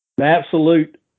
absolute